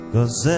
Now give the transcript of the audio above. Cause